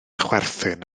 chwerthin